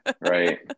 Right